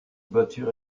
voiture